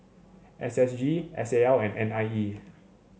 S S G S A L and N I E